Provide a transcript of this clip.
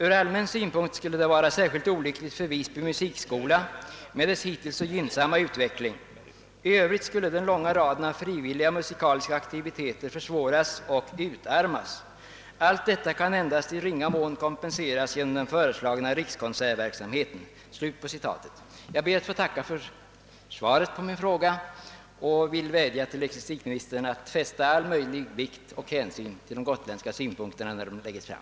Ur allmän synpunkt skulle det vara särskilt olyckligt för Visby musikskola med dess hittills så gynnsamma utveckling. I övrigt skulle den långa raden av frivilliga musikaliska aktiviteter försvåras och utarmas. Allt detta kan endast i ringa mån kompenseras genom den föreslagna rikskonsertverksamheten.» Jag ber än en gång att få tacka för svaret på min fråga och vill vädja till ecklesiastikministern att fästa all möjlig vikt vid de gotländska synpunkterna när dessa läggs fram.